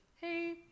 hey